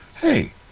hey